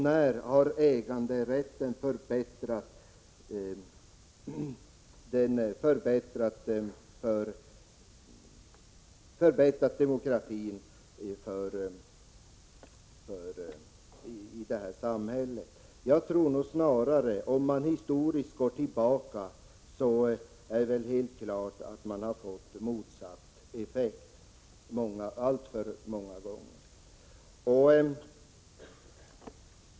När har äganderätten förbättrat demokratin i samhället? Om man går tillbaka historiskt i tiden finner man att effekten helt klart har varit den motsatta, alltför många gånger.